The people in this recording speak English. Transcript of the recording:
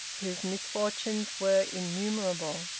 whose misfortunes were innumerable.